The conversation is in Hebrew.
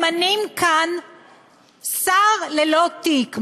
ממנים כאן שר ללא תיק.